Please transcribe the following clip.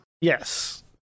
Yes